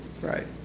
Right